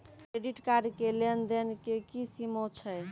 Credit card के लेन देन के की सीमा छै?